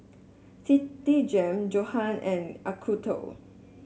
Citigem Johan and Acuto